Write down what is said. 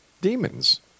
demons